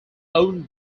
owned